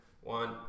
one